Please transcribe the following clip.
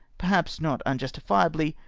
perhaps not unjustifiably,